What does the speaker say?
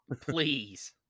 Please